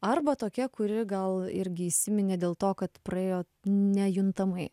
arba tokia kuri gal irgi įsiminė dėl to kad praėjo nejuntamai